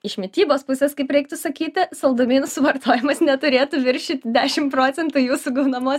iš mitybos pusės kaip reiktų sakyti saldumynų suvartojimas neturėtų viršyt dešim procentų jūsų gaunamos